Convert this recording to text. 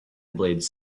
blades